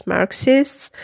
Marxists